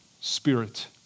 spirit